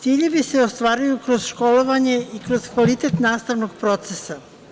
Ciljevi se ostvaruju kroz školovanje i kroz kvalitet nastavnog procesa.